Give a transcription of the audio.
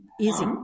Easy